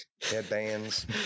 headbands